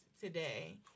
today